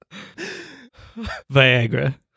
Viagra